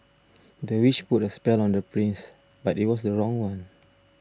the witch put a spell on the prince but it was the wrong one